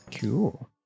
Cool